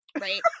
right